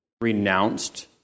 renounced